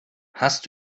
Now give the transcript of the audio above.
hast